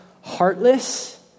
heartless